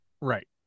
right